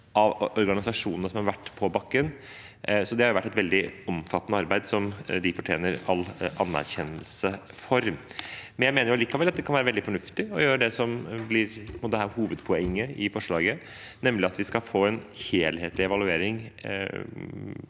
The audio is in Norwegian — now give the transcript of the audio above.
av organisasjonene som har vært på bakken. Det har vært et veldig omfattende arbeid, som de fortjener all anerkjennelse for. Jeg mener allikevel at det kan være veldig fornuftig å gjøre det som på en måte er hovedpoenget i forslaget, nemlig at vi skal få en helhetlig evaluering,